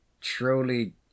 truly